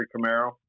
camaro